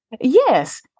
Yes